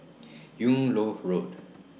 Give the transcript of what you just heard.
Yung Loh Road